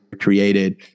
created